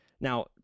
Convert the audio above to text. now